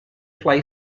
fly